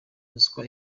ruswa